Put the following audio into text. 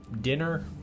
dinner